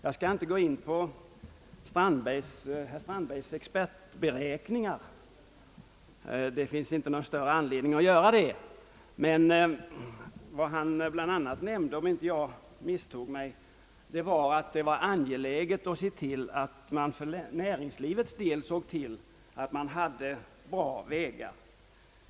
Jag skall inte gå in på herr Strandbergs expertberäkningar, det finns ingen större anledning att göra det, men han nämnde också, om jag inte misstog mig, att det var angeläget att se till att man för näringslivets del hade bra vägar.